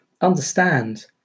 Understand